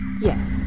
Yes